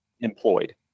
employed